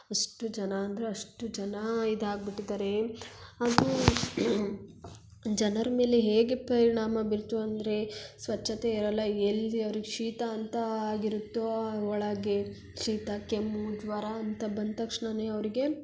ಅಷ್ಟು ಜನ ಅಂದರೆ ಅಷ್ಟು ಜನ ಇದಾಗಿಬಿಟ್ಟಿದ್ದಾರೆ ಹಾಗೂ ಜನರ ಮೇಲೆ ಹೇಗೆ ಪರಿಣಾಮ ಬೀರ್ತು ಅಂದರೆ ಸ್ವಚ್ಛತೆ ಇರಲ್ಲ ಎಲ್ಲಿ ಅವ್ರ್ಗೆ ಶೀತ ಅಂತ ಆಗಿರುತ್ತೋ ಆ ಒಳಗೆ ಶೀತ ಕೆಮ್ಮು ಜ್ವರ ಅಂತ ಬಂದ ತಕ್ಷ್ಣವೇ ಅವ್ರಿಗೆ